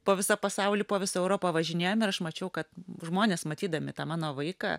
po visą pasaulį po visą europą važinėjom ir aš mačiau kad žmonės matydami tą mano vaiką